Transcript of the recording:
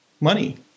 money